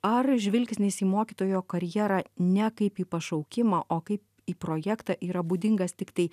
ar žvilgsnis į mokytojo karjerą ne kaip į pašaukimą o kaip į projektą yra būdingas tiktai